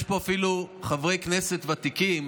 יש פה אפילו חברי כנסת ותיקים